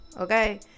Okay